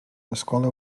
l’escola